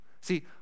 See